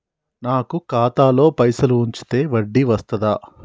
నాకు ఖాతాలో పైసలు ఉంచితే వడ్డీ వస్తదా?